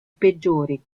peggiori